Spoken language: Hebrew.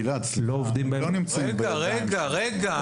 גלעד, לא נמצאים בידי המשטרה.